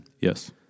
Yes